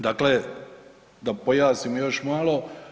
Dakle, da pojasnim još malo.